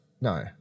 No